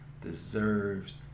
deserves